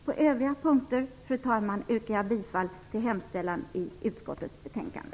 På övriga punkter, fru talman, yrkar jag bifall till hemställan i utskottets betänkande.